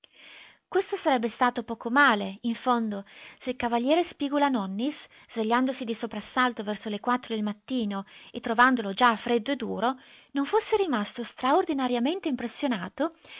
questo sarebbe stato poco male in fondo se il cav spigula-nonnis svegliandosi di soprassalto verso le quattro del mattino e trovandolo già freddo e duro non fosse rimasto straordinariamente impressionato